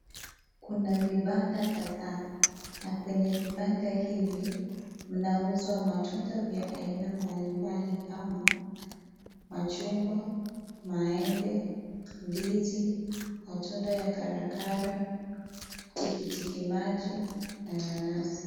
Kuna vibanda kadhaa na kwenye vibanda hivi mnauzwa matunda vya aina mbali mbali kama Machungwa, Maembe, Ndizi, matunda ya Karakara, Tikitimaji na Nanasi.